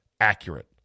accurate